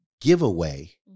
giveaway